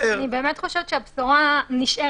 --- אני באמת חושבת שהבשורה נשארת.